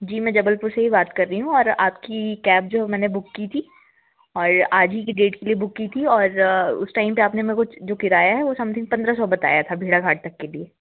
जी मैं जबलपुर से ही बात कर रही हूँ और आपकी कैब जो मैंने बुक की थी और आज ही के डेट के लिए बुक की थी और उस टाइम पे आपने मेरे को जो किराया है वो समथिंग पंद्रह सौ बताया था भेड़ाघाट तक के लिए